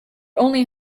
only